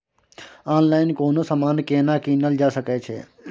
Online कोनो समान केना कीनल जा सकै छै?